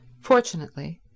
Fortunately